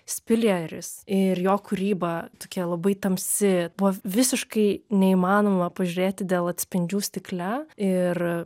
spileris ir jo kūryba tokia labai tamsi buvo visiškai neįmanoma pažiūrėti dėl atspindžių stikle ir